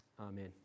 amen